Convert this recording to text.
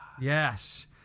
Yes